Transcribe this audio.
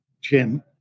Jim